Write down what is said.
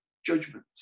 Judgment